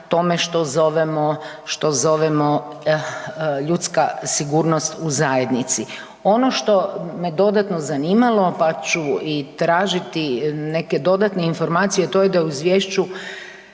zovemo, što zovemo ljudska sigurnost u zajednici. Ono što me dodatno zanimalo, pa ću i tražiti neke dodatne informacije, to je da u izvješću